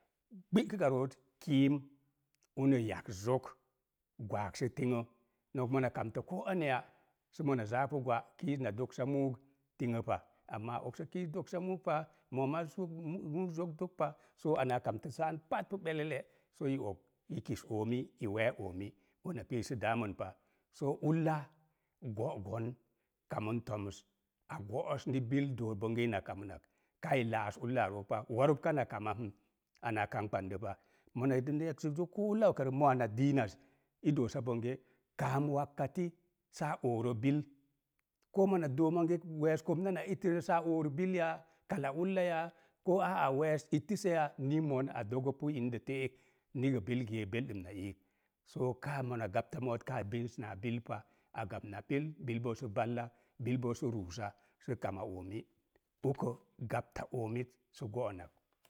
Abi, kəka rooz, kiim uni yagzok gwaag sə tinə. Nok mona kamlə koo aneya, sə mona zaapu gwá, kiiz na doksa muug, tin əpa. amaa okso kiiz doksa muug pa, mooma, muug zok dog zok pa, soo ana á kamtə sa'an pat pu ɓelele, soo i og i kis oomi, i wee oomi, ona pii sə pa. Soo ulla go'gon kamən toms a go'os ni bil doo bonge ina kamnak. Kou laas ulla rook oa. Wo rəb kana kamapam. Ana'a kangban də pa. Mona yedən də yaksa zok koo ulla ukaro mo'a diinaz, i doosa bonge, kaam wakkati saa oorə bil. Koo mona doo monge wees komna naa ittəsə saa oorək bil yaa, ulla yaa, ko aa wees ittəsa yaa, ni mon a dogə puk ində te'ek, ni gə bil geek na iik. Soo kaa mona gapt a moot kaa zins na bil pa, a gab na bil, bil boo sə sə ruusa sə kama oomi, okə gapta oomit sə go'onak.